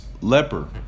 Leper